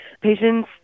patients